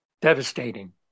devastating